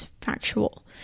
factual